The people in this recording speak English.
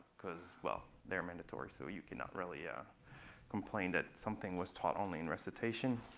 because, well, they're mandatory. so you cannot really yeah complain that something was taught only in recitation.